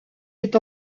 est